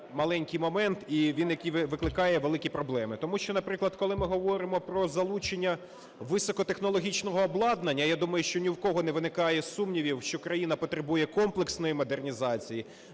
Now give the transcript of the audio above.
маленький момент, і він викликає великі проблеми. Тому що, наприклад, коли ми говоримо про залучення високотехнологічного обладнання, я думаю, що ні в кого не виникає сумнівів, що країна потребує комплексної модернізації.